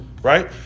Right